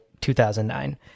2009